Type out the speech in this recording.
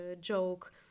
joke